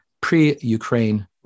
pre-Ukraine